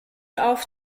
auf